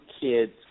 kids